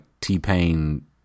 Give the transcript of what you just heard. T-Pain